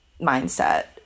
mindset